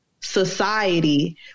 society